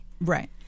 Right